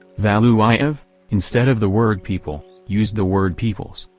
valuyev, instead of the word people, used the word peoples.